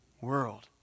world